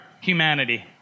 humanity